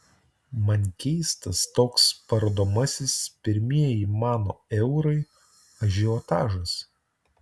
man keistas toks parodomasis pirmieji mano eurai ažiotažas